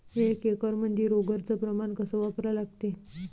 एक एकरमंदी रोगर च प्रमान कस वापरा लागते?